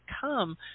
come